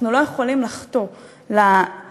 אנחנו לא יכולים לחטוא גם